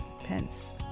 Pence